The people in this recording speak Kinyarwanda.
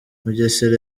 mugesera